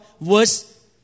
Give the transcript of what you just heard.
verse